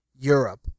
Europe